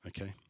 okay